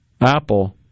Apple